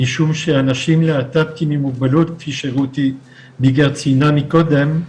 משום שאנשים להט"בקים עם מוגבלות כפי שרות ביגר ציינה מקודם,